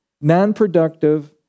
Non-productive